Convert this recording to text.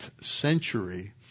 century